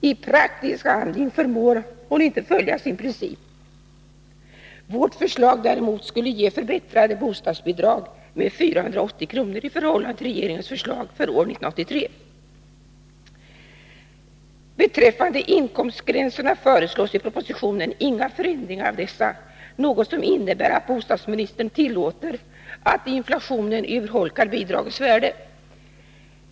I praktisk handling förmår hon inte följa sin princip. Vårt förslag, däremot, skulle ge förbättrade bostadsbidrag med 480 kr. i förhållande till regeringens förslag för år 1983. Beträffande inkomstgränserna föreslås i propositionen inga förändringar av dessa, något som innebär att bostadsministern tillåter att inflationen urholkar bidragens värde.